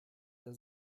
der